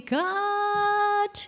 god